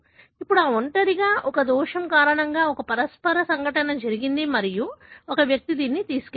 ఇప్పుడు ఈ ఒంటరిగా ఒక దోషం కారణంగా ఒక పరస్పర సంఘటన జరిగింది మరియు ఒక వ్యక్తి దీనిని తీసుకువెళ్లారు